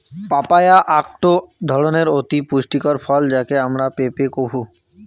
papaya আকটো ধরণের অতি পুষ্টিকর ফল যাকে আমরা পেঁপে কুহ